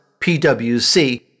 PwC